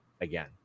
again